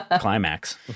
climax